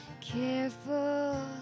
Careful